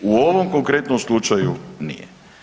U ovom konkretnom slučaju nije.